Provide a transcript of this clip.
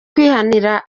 kwihanira